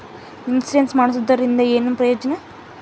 Insurance ಮಾಡ್ಸೋದರಿಂದ ಏನು ಪ್ರಯೋಜನ?